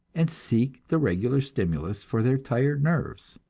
and seek the regular stimulus for their tired nerves.